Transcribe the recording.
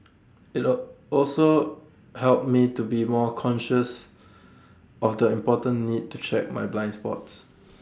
IT all also helped me to be more conscious of the important need to check my blind spots